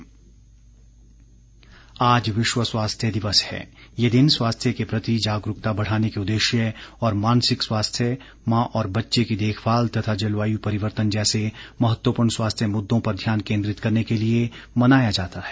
अनुराग ठाकुर आज विश्व स्वास्थ्य दिवस है ये दिन स्वास्थ्य के प्रति जागरूकता बढ़ाने के उद्देश्य और मानसिक स्वास्थ्य माँ और बच्चे की देखभाल तथा जलवायु परिवर्तन जैसे महत्वपूर्ण स्वास्थ्य मुद्दों पर ध्यान केंद्रित करने के लिए मनाया जाता है